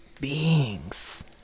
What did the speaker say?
beings